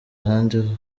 ahandi